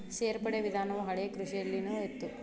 ಸೇರ್ಪಡೆ ವಿಧಾನವು ಹಳೆಕೃಷಿಯಲ್ಲಿನು ಇತ್ತ